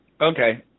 Okay